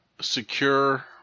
secure